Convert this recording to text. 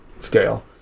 scale